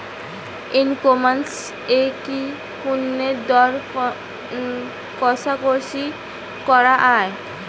ই commerce এ কি পণ্যের দর কশাকশি করা য়ায়?